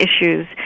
issues